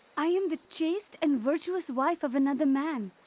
i am the chaste and virtuous wife of another man.